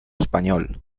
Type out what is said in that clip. español